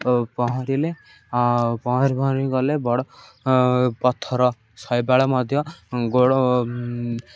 ଓ ପହଁରିଲେ ପହଁରି ପହଁରି ଗଲେ ବଡ଼ ପଥର ଶୈବାଳ ମଧ୍ୟ ଗୋଡ଼